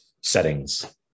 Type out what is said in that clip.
settings